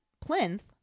plinth